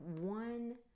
one